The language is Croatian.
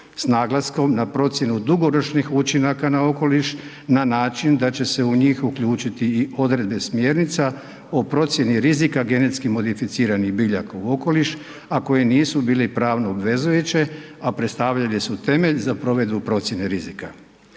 s naglaskom na procjenu dugoročnih učinaka na okoliš na način da će se u njih uključiti i odredbe smjernica o procjeni rizika genetski modificiranih biljaka u okoliš, a koji nisu bili pravno obvezujuće, a predstavljale su temelj za provedbu procjene rizika.